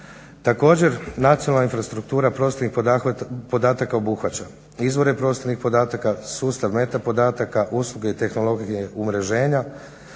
Također nacionalna infrastruktura prostornih podataka obuhvaća izvore prostornih podataka, sustav …/Govornik se ne razumije./… podataka, usluge i tehnologije umreženja,